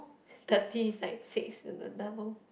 thirty is like six with a double